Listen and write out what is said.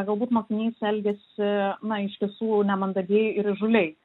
galbūt mokinys elgiasi na iš tiesų nemandagiai ir įžūliai